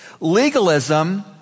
legalism